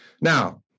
Now